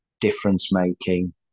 difference-making